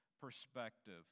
perspective